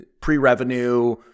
Pre-revenue